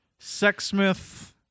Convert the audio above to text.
Sexsmith